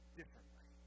differently